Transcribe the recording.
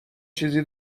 چیزی